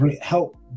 help